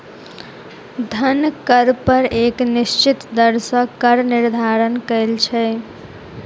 धन कर पर एक निश्चित दर सॅ कर निर्धारण कयल छै